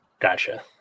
Gotcha